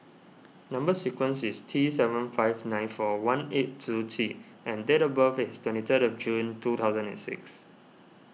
Number Sequence is T seven five nine four one eight two T and date of birth is twenty third of June two thousand and six